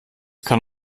kann